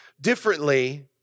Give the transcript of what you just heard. differently